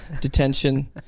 detention